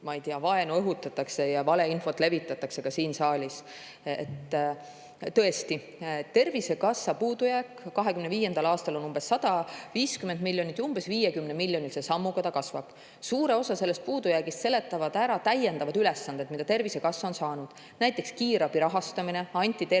et seda tüüpi vaenu õhutatakse ja valeinfot levitatakse ka siin saalis. Tõesti, Tervisekassa puudujääk 2025. aastal on umbes 150 miljonit ja umbes 50‑miljonilise sammuga ta kasvab. Suure osa sellest puudujäägist seletavad ära täiendavad ülesanded, mida Tervisekassa on saanud. Näiteks kiirabi rahastamine anti Tervisekassale